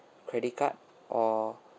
credit card or